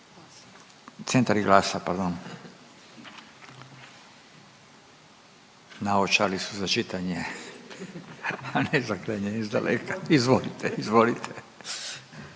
Centar i GLAS-a, pardon. Naočali su za čitanje, a ne za gledanje izdaleka, izvolite, izvolite.